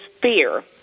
fear